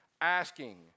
asking